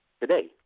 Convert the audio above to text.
today